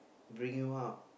bring you up